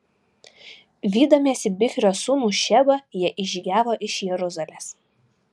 vydamiesi bichrio sūnų šebą jie išžygiavo iš jeruzalės